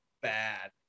bad